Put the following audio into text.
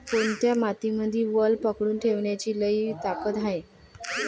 कोनत्या मातीमंदी वल पकडून ठेवण्याची लई ताकद हाये?